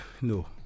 No